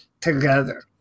together